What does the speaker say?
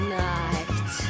night